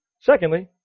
Secondly